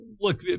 Look